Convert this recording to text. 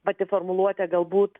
pati formuluotė galbūt